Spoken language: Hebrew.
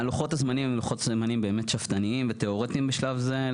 לוחות הזמנים הם שאפתניים ותיאורטיים בשלב הזה.